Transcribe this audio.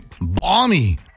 balmy